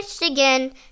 Michigan